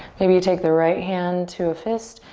maybe you take the right hand to a fist,